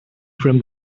from